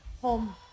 home